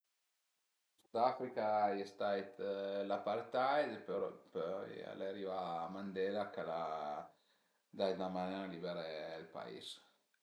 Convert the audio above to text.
Ën Sudafrica a ie stait l'apartheid, però pöi al e arivà Mandela ch'al a dait 'na man a liberé ël pais